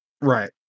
Right